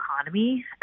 economy